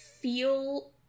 feel